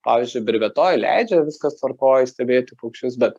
pavyzdžiui birvėtoj leidžia viskas tvarkoj stebėti paukščius bet